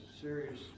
serious